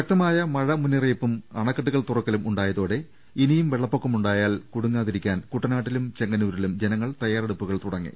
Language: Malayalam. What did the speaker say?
ശക്തമായ മഴ മുന്നറിയിപ്പും അണക്കെട്ടുകൾ തുറക്കലും ഉണ്ടാ യതോടെ ഇനിയും വെള്ളപ്പൊക്കമുണ്ടായാൽ കുടുങ്ങാതിരിക്കാൻ കുട്ടനാട്ടിലും ചെങ്ങന്നൂരിലും ജനങ്ങൾ തയാറെടുപ്പുകൾ തുടങ്ങി